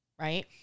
right